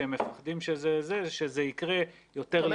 שזה יקרה יותר לאט.